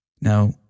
Now